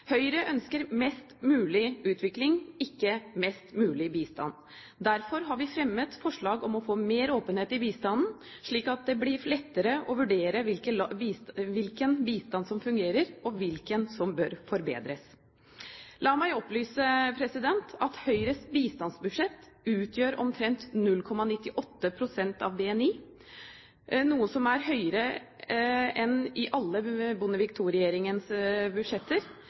Høyre ønsker mest mulig utvikling, ikke mest mulig bistand. Derfor har vi fremmet forslag om å få mer åpenhet i bistanden, slik at det blir lettere å vurdere hvilken bistand som fungerer, og hvilken som bør forbedres. La meg opplyse om at Høyres bistandsbudsjett utgjør omtrent 0,98 pst. av BNI, noe som er høyere enn i alle Bondevik II-regjeringens budsjetter.